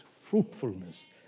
Fruitfulness